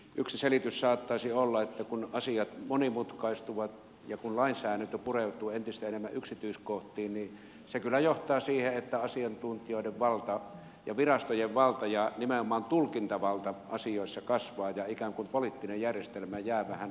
yksi selitys saattaisi olla että kun asiat monimutkaistuvat ja kun lainsäädäntö pureutuu entistä enemmän yksityiskohtiin niin se kyllä johtaa siihen että asiantuntijoiden valta ja virastojen valta ja nimenomaan tulkintavalta asioissa kasvaa ja ikään kuin poliittinen järjestelmä jää vähän heikommalle osalle